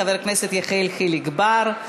חבר הכנסת יחיאל חיליק בר,